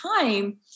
time